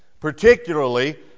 Particularly